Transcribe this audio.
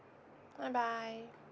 bye bye